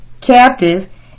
captive